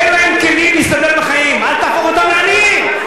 תן להם כלים להסתדר בחיים, אל תהפוך אותם לעניים.